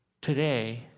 Today